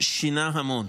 שינה המון.